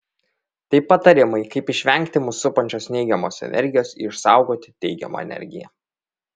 tai patarimai kaip išvengti mus supančios neigiamos energijos ir išsaugoti teigiamą energiją